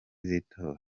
z’itora